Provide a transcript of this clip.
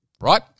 right